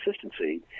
consistency